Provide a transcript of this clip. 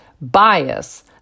bias